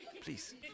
please